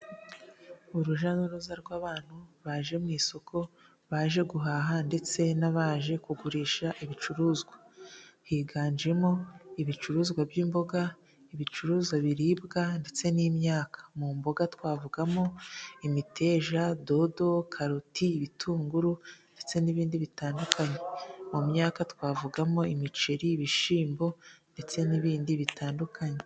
Urujya n'uruza rw'abantu baje mu isoko, baje guhaha ndetse n'abaje kugurisha ibicuruzwa higanjemo:ibicuruzwa by'imboga, ibicuruzwa biribwa ndetse n'imyaka mu mboga twavugamo: imiteja ,dodo, karoti, ibitunguru ndetse n'ibindi bitandukanye mu myaka twavugamo: imiceri, ibishyimbo ndetse n'ibindi bitandukanye.